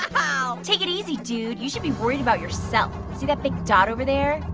take it easy, dude. you should be worrying about yourself. see that big dot over there?